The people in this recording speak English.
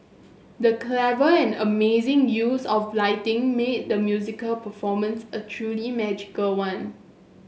the clever and amazing use of lighting made the musical performance a truly magical one